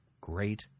great